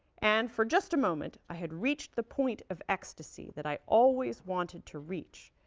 and for just a moment i had reached the point of ecstasy that i always wanted to reach,